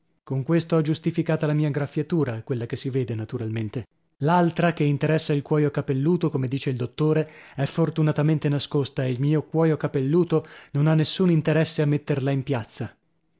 con questo ho giustificata la mia graffiatura quella che si vede naturalmente l'altra che interessa il cuoio capelluto come dice il dottore è fortunatamente nascosta e il mio cuoio capelluto non ha nessun interesse a metterla in piazza